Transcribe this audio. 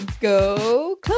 go